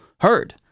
heard